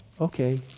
okay